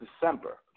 December